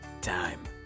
time